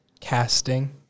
casting